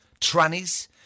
trannies